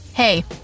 Hey